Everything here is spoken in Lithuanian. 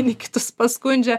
vieni kitus paskundžia